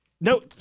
No